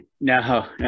No